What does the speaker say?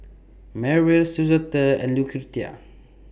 Merrill Suzette and Lucretia